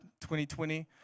2020